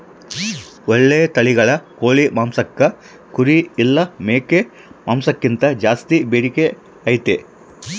ಓಳ್ಳೆ ತಳಿಗಳ ಕೋಳಿ ಮಾಂಸಕ್ಕ ಕುರಿ ಇಲ್ಲ ಮೇಕೆ ಮಾಂಸಕ್ಕಿಂತ ಜಾಸ್ಸಿ ಬೇಡಿಕೆ ಐತೆ